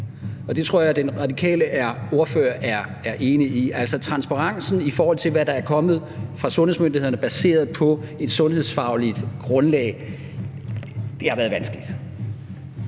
og det tror jeg at den radikale ordfører er enig i. Altså, det med transparensen, i forhold til hvad der er kommet fra sundhedsmyndighederne baseret på et sundhedsfagligt grundlag, har været vanskeligt.